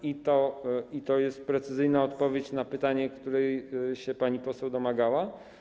I to jest precyzyjna odpowiedź na pytanie, której się pani poseł domagała.